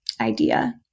idea